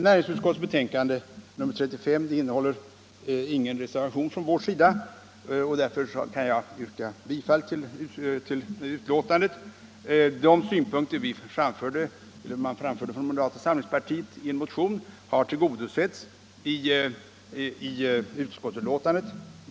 Näringsutskottets betänkande nr 35 innehåller ingen reservation från vår sida, och därför kan jag yrka bifall till utskottets hemställan. De synpunkter vi framförde från moderata samlingspartiet i en motion har tillgodosetts i betänkandet.